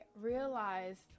realized